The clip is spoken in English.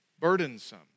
burdensome